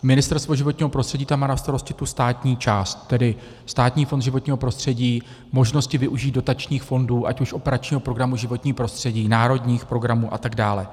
Ministerstvo životního prostředí tam má na starosti tu státní část, tedy Státní fond životního prostředí, možnosti využít dotačních fondů, ať už operačního programu Životní prostředí, národních programů a tak dále.